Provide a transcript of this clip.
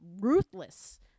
ruthless